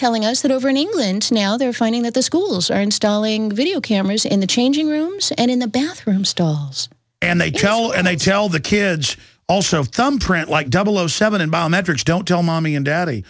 telling us that over in england now they're finding that the schools are installing video cameras in the changing rooms and in the bathroom stall and they tell and they tell the kids also thumbprint like double zero seven and biometrics don't tell mommy and daddy